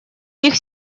них